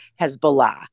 Hezbollah